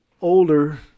older